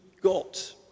got